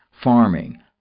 farming